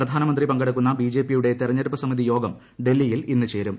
പ്രധാനമന്ത്രി പങ്കെടുക്കുന്ന ബിജെപിയുടെ തെരഞ്ഞെടുപ്പ് സമിതി യോഗം ഡൽഹിയിൽ ഇന്ന് ചേരും